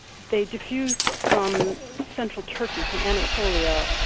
they diffused from central turkey, from anatolia,